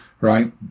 right